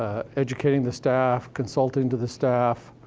educating the staff, consulting to the staff.